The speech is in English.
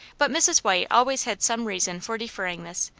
but mrs. white always had some reason for deferring this,